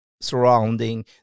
surrounding